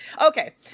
Okay